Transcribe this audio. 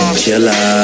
killer